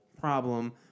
problem